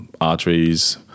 arteries